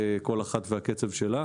כל אחת והקצב שלה.